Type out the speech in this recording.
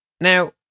Now